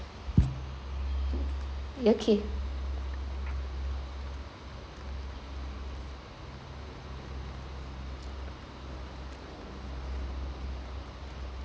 okay